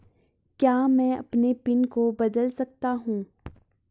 क्या मैं अपने पिन को बदल सकता हूँ?